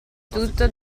tutto